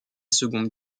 seconde